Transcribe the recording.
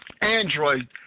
Android